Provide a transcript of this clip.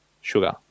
sugar